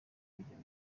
kugira